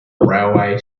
railway